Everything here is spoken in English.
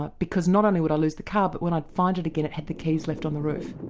ah because not only would i lose the car but when i'd find it again it had the keys left on the roof.